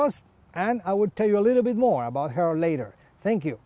us and i would tell you a little bit more about her later thank you